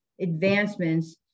advancements